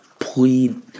Plead